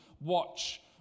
watch